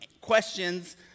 questions